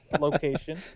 location